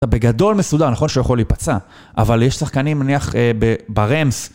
אתה בגדול מסודר, נכון שהוא יכול להיפצע, אבל יש שחקנים נניח ברמס...